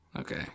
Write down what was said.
Okay